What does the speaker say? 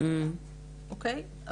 אוקיי?